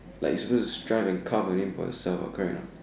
like you're supposed to strive and carve out a name for yourself correct or not